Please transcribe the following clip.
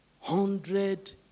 hundred